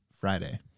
Friday